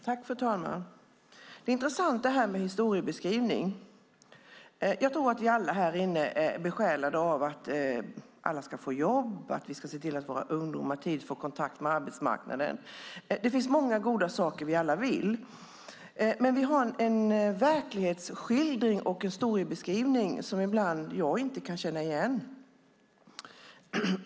Fru talman! Det är intressant det här med historiebeskrivning. Jag tror att vi alla här inne är besjälade av att alla ska få jobb, att vi ska se till att våra ungdomar tidigt får kontakt med arbetsmarknaden. Det finns många goda saker som vi alla vill, men det görs en verklighetsskildring och en historiebeskrivning som jag ibland inte kan känna igen.